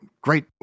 great